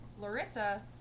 larissa